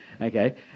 okay